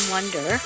Wonder